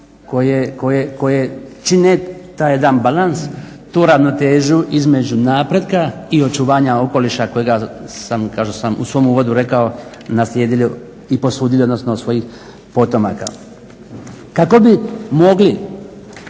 koje čine taj jedan balans, tu ravnotežu između napretka i očuvanja okoliša kojega sam kao što sam u svom uvodu rekao naslijedili i posudili odnosno od svojih potomaka. Kako bi mogli